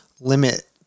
limit